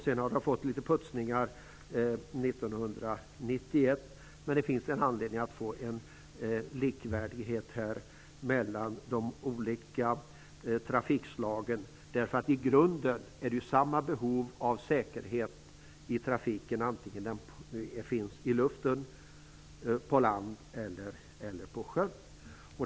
Den putsades litet 1991. Men det finns anledning att få en likvärdighet mellan de olika trafikslagen i det här avseendet. I grunden är det samma behov av säkerhet i trafiken vare sig det gäller trafiken i luften, på land eller på sjön.